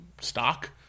stock